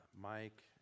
Mike